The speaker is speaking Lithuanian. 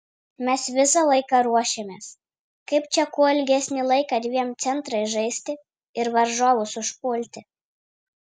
mes visą laiką ruošėmės kaip čia kuo ilgesnį laiką dviem centrais žaisti ir varžovus užpulti